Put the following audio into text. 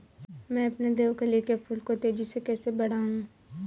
मैं अपने देवकली के फूल को तेजी से कैसे बढाऊं?